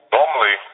Normally